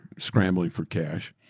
scrambling for cash.